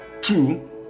two